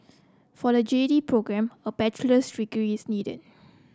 for the J D programme a bachelor's degree is needed